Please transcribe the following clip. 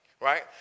Right